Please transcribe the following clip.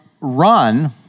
run